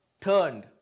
turned